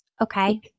Okay